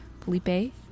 felipe